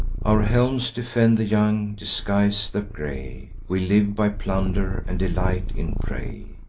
our helms defend the young, disguise the gray we live by plunder, and delight in prey.